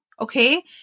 Okay